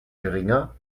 geringer